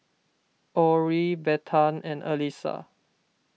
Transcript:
Orie Bethann and Alyssia